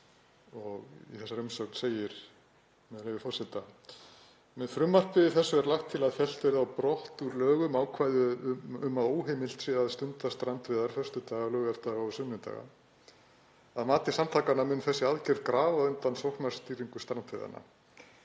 Í þessari umsögn segir, með leyfi forseta: „Með frumvarpi þessu er lagt til að fellt verði á brott úr lögum ákvæði um að óheimilt sé að stunda strandveiðar föstudaga, laugardaga og sunnudaga. Að mati samtakanna mun þessi aðgerð grafa undan sóknarstýringu strandveiðanna.